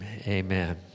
Amen